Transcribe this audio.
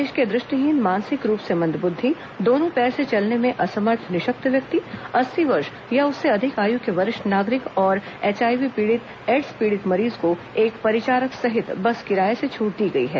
प्रदेश के दृष्टिहीन मानसिक रूप से मंद बुद्धि दोनों पैरों से चलने में असमर्थ निःशक्त व्यक्ति अस्सी वर्ष या उसके अधिक आयु के वरिष्ठ नागरिक और एचआईवी एड्स पीड़ित मरीज को एक परिचारक सहित बस किराया से छूट दी गई है